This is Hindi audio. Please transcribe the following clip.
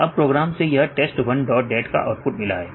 अब प्रोग्राम से यह test one dot dat का आउटपुट मिला है